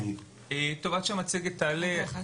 תודה על ההזדמנות להגיע לכאן